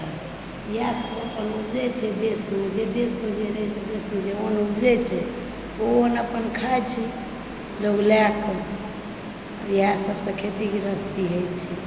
इएह सब अपन उपजै छै देशमे जे देशमे जे रहए छै ओ देशमे जे अन्न उपजै छै ओ अन्न अपन खाए छै लोग लए कऽ इएह सबसँ खेती गृहस्थी होइत छै